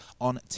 on